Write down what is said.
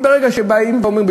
ברגע שבאים ואומרים,